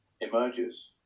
Emerges